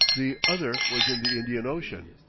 the other was in the indian ocean.